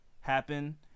happen